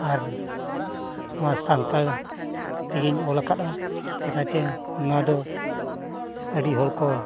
ᱟᱨ ᱱᱚᱣᱟ ᱥᱟᱱᱛᱟᱲ ᱛᱮᱜᱮᱧ ᱚᱞ ᱠᱟᱫᱼᱟ ᱪᱮᱫᱟᱜ ᱪᱮ ᱱᱚᱣᱟ ᱫᱚ ᱟᱹᱰᱤ ᱦᱚᱲ ᱠᱚ